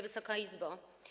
Wysoka Izbo!